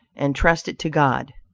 and trust it to god!